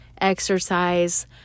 exercise